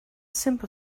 simple